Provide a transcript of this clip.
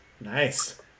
nice